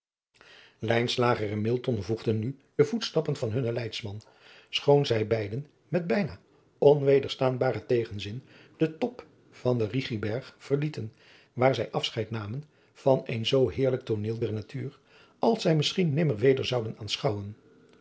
en milton volgden nu de voetstappen van hunnen leidsman schoon zij beide met bijna onwederstaanbaren tegenzin den top van den rigiberg verlieten waar zij afscheid namen van een zoo heerlijk tooneel der natuur als zij misschien nimmer weder zouden